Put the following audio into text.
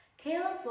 Caleb